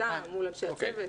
בכיתה או מול אנשי הצוות.